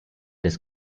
des